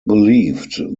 believed